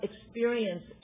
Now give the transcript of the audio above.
experience